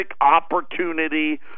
opportunity